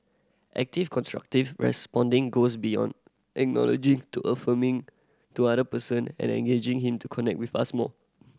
active constructive responding goes beyond acknowledging to affirming to other person and engaging him to connect with us more